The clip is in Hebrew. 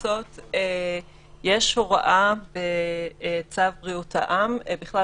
יש הוראה בצו בריאות העם בכלל,